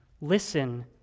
listen